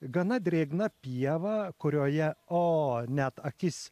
gana drėgna pieva kurioje o net akis